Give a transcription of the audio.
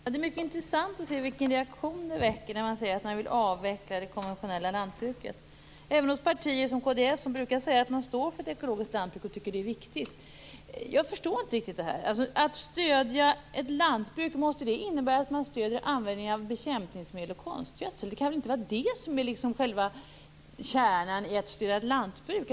Fru talman! Det är mycket intressant att se vilken reaktion det väcker när man säger att man vill avveckla det konventionella lantbruket. Det gäller även partier som kd, som brukar säga att de står för ett ekologiskt lantbruk och tycker att det är viktigt. Jag förstår inte riktigt detta. Måste det, om man stöder ett lantbruk, innebära att man stöder användningen av bekämpningsmedel och konstgödsel? Det kan väl inte vara det som är själva kärnan i att stödja ett lantbruk.